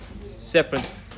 separate